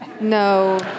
No